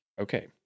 okay